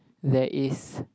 there is